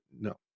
no